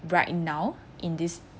right now in this